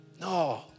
No